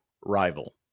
rival